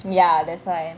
ya that's why